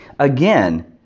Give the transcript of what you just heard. Again